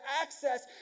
access